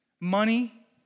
Money